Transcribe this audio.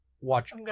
watch